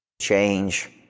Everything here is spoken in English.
change